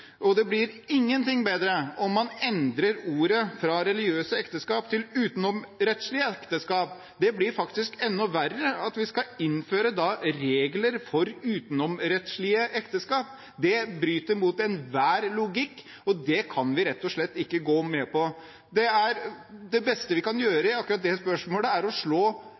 måte. Det blir ikke noe bedre om man endrer ordene fra «religiøse ekteskap» til «utenomrettslige ekteskap» – det blir faktisk enda verre. At vi skal innføre regler for utenomrettslige ekteskap, bryter mot enhver logikk, og det kan vi rett og slett ikke gå med på. Det beste vi kan gjøre i akkurat det spørsmålet, er å slå